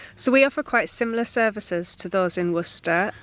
so, we offer quite similar services to those in worcester.